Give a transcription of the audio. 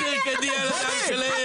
אל תרקדי על הדם שלהם.